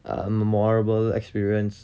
a memorable experience